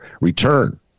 return